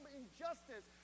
injustice